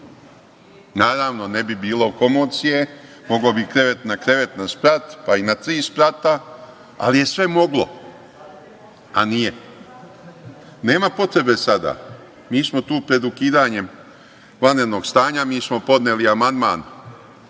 Naravno, ne bi bilo komocije, mogao bi krevet na krevet, na sprat, pa i na tri sprata, ali je sve moglo, a nije. Nema potrebe sada, mi smo tu pred ukidanjem vanrednog stanja, mi smo podneli amandman